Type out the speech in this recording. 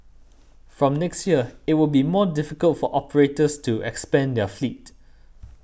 from next year it will be more difficult for operators to expand their fleet